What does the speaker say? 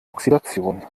oxidation